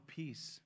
peace